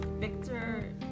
victor